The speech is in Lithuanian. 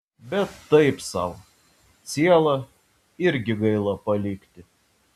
bet taip sau cielą irgi gaila palikti